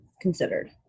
considered